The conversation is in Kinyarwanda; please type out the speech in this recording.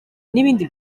n’ibindi